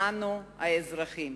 בנו האזרחים.